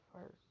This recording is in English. first